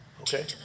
Okay